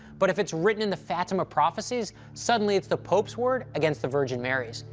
but if it's written in the fatima prophecies, suddenly it's the pope's word against the virgin mary's,